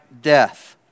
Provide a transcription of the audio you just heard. death